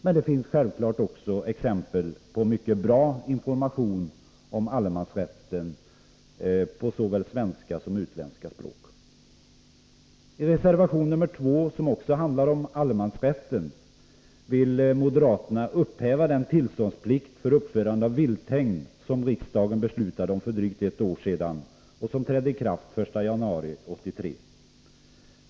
Men det finns självklart också exempel på mycket bra information om allemansrätten såväl på svenska som på utländska språk. I reservation nr 2, som också handlar om allemansrätten, vill moderaterna upphäva den tillståndsplikt för uppförande av vilthägn som riksdagen beslutade om för drygt ett år sedan och som trädde i kraft den första januari 1983.